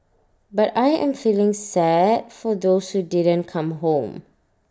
but I am feeling sad for those who didn't come home